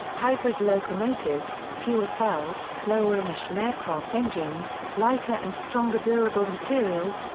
hybrid locomotives, fuel cells, lower-emission aircraft engines, lighter and stronger durable materials,